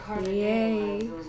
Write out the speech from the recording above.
Yay